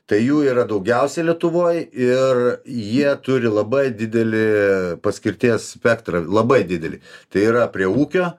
tai jų yra daugiausia lietuvoj ir jie turi labai didelį paskirties spektrą labai didelį tai yra prie ūkio